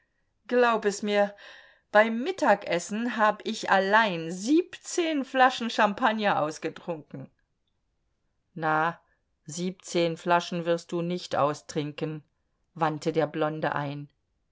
glaub es mir beim mittagessen hab ich allein siebzehn flaschen champagner ausgetrunken na siebzehn flaschen wirst du nicht austrinken wandte der blonde ein